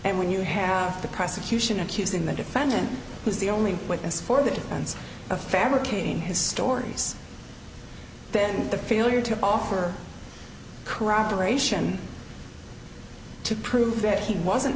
and when you have the prosecution accusing the defendant who is the only witness for the defense a fabricating his stories then the failure to offer corroboration to prove that he wasn't